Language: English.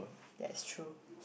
that's true